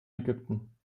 ägypten